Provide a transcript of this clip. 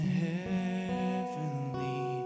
heavenly